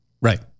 Right